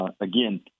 again